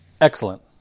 Excellent